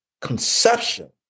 conception